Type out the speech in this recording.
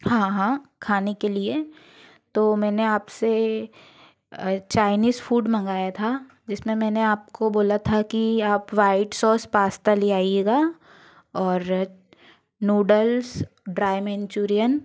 हाँ हाँ खाने के लिए तो मैंने आपसे चाइनीज़ फूड मंगाया था जिसमें मैंने आपको बोला था कि आप व्हाइट सौस पास्ता ले आइएगा और नूडल्स ड्राई मंचूरियन